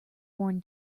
worn